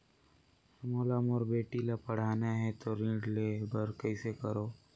मोला मोर बेटी ला पढ़ाना है तो ऋण ले बर कइसे करो